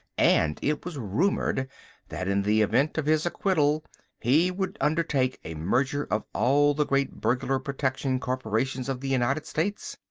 and it was rumoured that in the event of his acquittal he would undertake a merger of all the great burglar protection corporations of the united states.